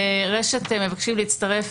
ורשות שדות התעופה מבקשים להצטרף,